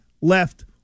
left